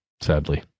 sadly